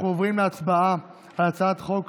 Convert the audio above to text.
אנחנו עוברים להצבעה על הצעת חוק